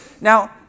Now